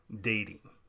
dating